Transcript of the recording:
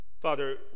Father